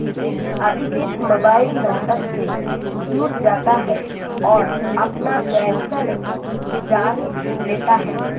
अधिकृत mobile number से जुड़ जाता है और अपना बैंक बेलेंस जान लेता है